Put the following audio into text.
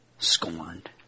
Scorned